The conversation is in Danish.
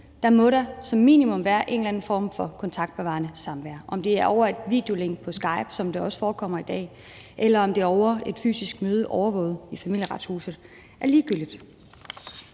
tid må der som minimum være en eller anden form for kontaktbevarende samvær. Om det er over et videolink på Skype, som jo også forekommer i dag, om det er ved et fysisk møde overvåget i Familieretshuset, er ligegyldigt,